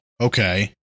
Okay